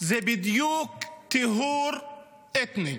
זה בדיוק טיהור אתני.